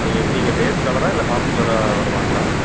அவங்க எப்படிங்க டேஸ்காலராக இல்லை ஹாஸ்ட்லராக வருவாங்களா